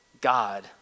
God